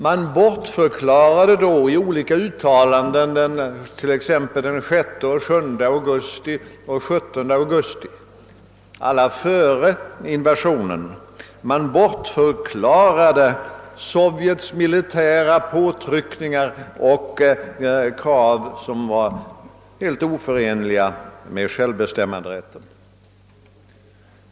Man ursäktade då i olika uttalanden, t.ex. den 6 och 7 augusti och den 17 augusti — alla sålunda före invasionen — Sovjets militära påtryckningar och krav, vilka var helt oförenliga med självbestämmanderätten.